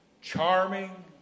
charming